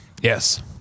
Yes